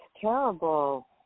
terrible